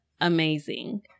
amazing